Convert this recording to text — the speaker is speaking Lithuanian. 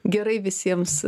gerai visiems